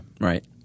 Right